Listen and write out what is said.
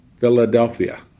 Philadelphia